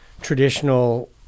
traditional